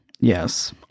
Yes